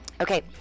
Okay